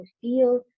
feel